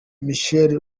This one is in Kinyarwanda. michael